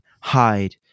hide